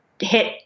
hit